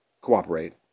cooperate